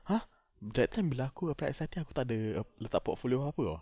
!huh! that time bila aku apply S_I_T aku tak ada err letak portfolio apa apa tahu